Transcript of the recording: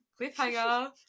Cliffhanger